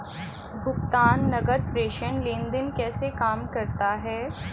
भुगतान नकद प्रेषण लेनदेन कैसे काम करता है?